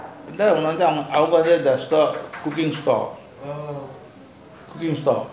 cooking store